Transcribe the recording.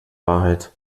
wahrheit